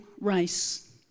race